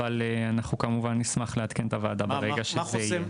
אבל אנחנו כמובן נשמח לעדכן את הוועדה ברגע שזה יהיה.